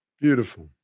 Beautiful